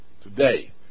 today